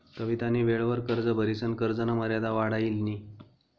कवितानी वेळवर कर्ज भरिसन कर्जना मर्यादा वाढाई लिनी